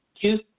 Two